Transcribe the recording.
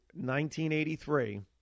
1983